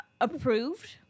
approved